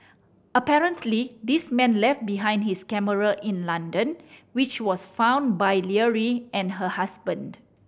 apparently this man left behind his camera in London which was found by Leary and her husband